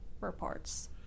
reports